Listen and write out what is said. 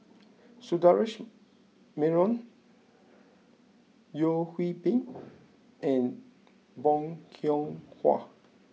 Sundaresh Menon Yeo Hwee Bin and Bong Hiong Hwa